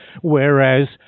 whereas